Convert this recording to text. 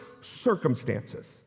circumstances